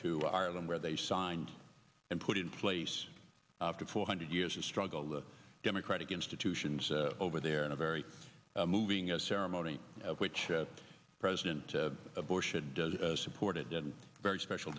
to ireland where they signed and put in place after four hundred years of struggle the democratic institutions over there in a very moving ceremony which president bush should supported and very special